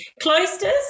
Cloisters